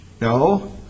No